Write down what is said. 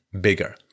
bigger